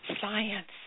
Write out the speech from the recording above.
science